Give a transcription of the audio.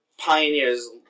Pioneers